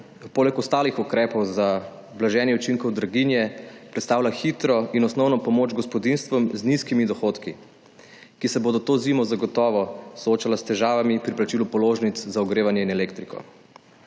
poleg ostalih ukrepov za blaženja učinkov draginje predstavlja hitro in osnovno pomoč gospodinjstvom z nizkimi dohodki, ki se bodo to zimo zagotovo soočala s težavami pri plačilu položnic za ogrevanje in elektriko.